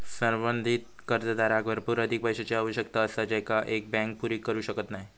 संवर्धित कर्जदाराक भरपूर अधिक पैशाची आवश्यकता असता जेंका एक बँक पुरी करू शकत नाय